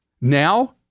Now